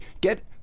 Get